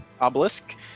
obelisk